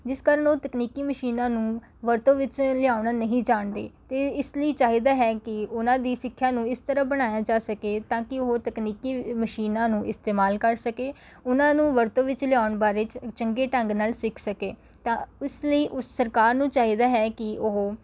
ਜਿਸ ਕਾਰਨ ਉਹ ਤਕਨੀਕੀ ਮਸ਼ੀਨਾਂ ਨੂੰ ਵਰਤੋਂ ਵਿੱਚ ਲਿਆਉਣਾ ਨਹੀਂ ਜਾਣਦੇ ਅਤੇ ਇਸ ਲਈ ਚਾਹੀਦਾ ਹੈ ਕਿ ਉਨ੍ਹਾਂ ਦੀ ਸਿੱਖਿਆ ਨੂੰ ਇਸ ਤਰ੍ਹਾਂ ਬਣਾਇਆ ਜਾ ਸਕੇ ਤਾਂ ਕਿ ਉਹ ਤਕਨੀਕੀ ਮਸ਼ੀਨਾਂ ਨੂੰ ਇਸਤੇਮਾਲ ਕਰ ਸਕੇ ਉਹਨਾਂ ਨੂੰ ਵਰਤੋਂ ਵਿੱਚ ਲਿਆਉਣ ਬਾਰੇ ਚ ਚੰਗੇ ਢੰਗ ਨਾਲ ਸਿੱਖ ਸਕੇ ਤਾਂ ਉਸ ਲਈ ਉਸ ਸਰਕਾਰ ਨੂੰ ਚਾਹੀਦਾ ਹੈ ਕਿ ਉਹ